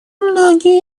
многие